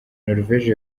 norvege